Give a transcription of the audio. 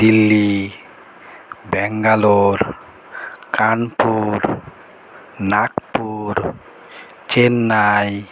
Delhi Bangalore Kanpur Nagpur Chennai